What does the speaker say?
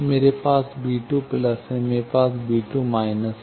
मेरे पास है मेरे पास है